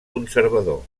conservador